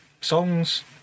songs